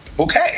okay